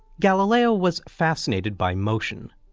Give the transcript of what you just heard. galileo was fascinated by motion.